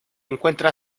encuentra